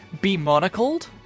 be-monocled